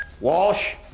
Walsh